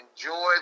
enjoy